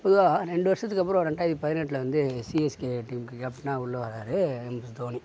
பொதுவாக ரெண்டு வருஷத்துக்கு அப்புறம் ரெண்டாயிரத்து பதினெட்டில் வந்து சிஎஸ்கே டீமுக்கு கேப்டனா உள்ளே வராரு எம்எஸ் தோனி